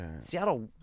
seattle